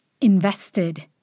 invested